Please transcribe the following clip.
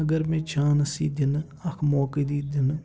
اَگر مےٚ چانٕس یی دِنہٕ اَکھ موقعہٕ دی دِنہٕ